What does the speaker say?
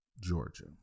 Georgia